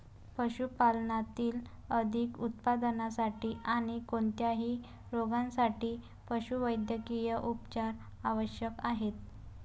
पशुपालनातील अधिक उत्पादनासाठी आणी कोणत्याही रोगांसाठी पशुवैद्यकीय उपचार आवश्यक आहेत